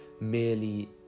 merely